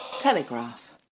Telegraph